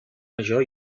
major